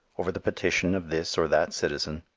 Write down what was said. over the petition of this or that citizen.